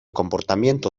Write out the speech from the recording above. comportamiento